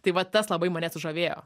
tai va tas labai mane sužavėjo